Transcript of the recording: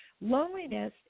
Loneliness